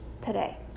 today